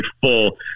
full